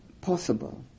possible